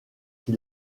qui